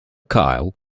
kyle